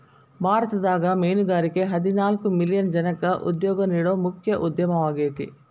ಭಾರತದಾಗ ಮೇನುಗಾರಿಕೆ ಹದಿನಾಲ್ಕ್ ಮಿಲಿಯನ್ ಜನಕ್ಕ ಉದ್ಯೋಗ ನೇಡೋ ಮುಖ್ಯ ಉದ್ಯಮವಾಗೇತಿ